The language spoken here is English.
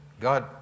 God